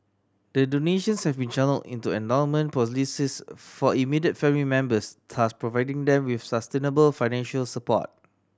the donations have been channelled into endowment policies for immediate family members thus providing them with sustainable financial support